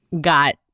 Got